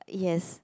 yes